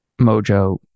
mojo